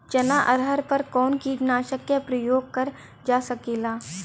चना अरहर पर कवन कीटनाशक क प्रयोग कर जा सकेला?